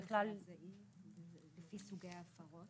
לפי סוגי ההפרות.